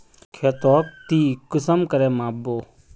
खेतोक ती कुंसम करे माप बो?